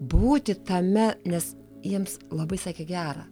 būti tame nes jiems labai sakė gera